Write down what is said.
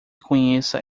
conheça